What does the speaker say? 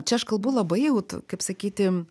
čia aš kalbu labai jau kaip sakyti